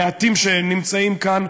והמעטים שנמצאים כאן,